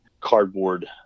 cardboard